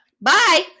Bye